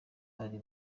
bari